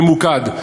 ממוקד.